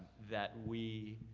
that we,